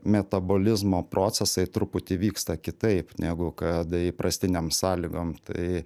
metabolizmo procesai truputį vyksta kitaip negu kad įprastinėm sąlygom tai